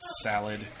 Salad